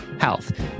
health